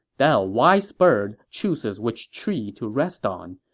that a wise bird chooses which tree to rest on,